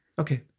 Okay